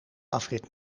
afrit